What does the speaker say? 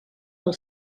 del